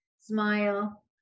smile